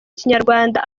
kinyarwanda